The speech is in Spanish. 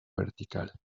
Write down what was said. vertical